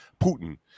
putin